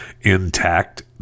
intact